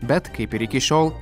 bet kaip ir iki šiol